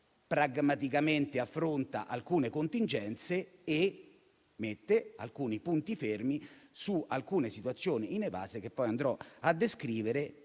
pragmaticamente affronta alcune contingenze e mette alcuni punti fermi su alcune situazioni inevase che andrò a descrivere